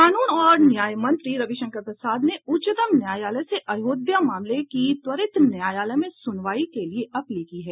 कानून और न्याय मंत्री रवि शंकर प्रसाद ने उच्चतम न्यायालय से अयोध्या मामले की त्वरित न्यायालय में सुनवाई के लिए अपील की है